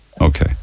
Okay